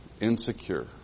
insecure